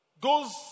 goes